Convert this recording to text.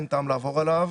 אין טעם לעבור עליו.